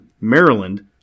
Maryland